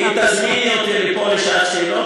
אם תזמיני אותי לפה לשעת שאלות,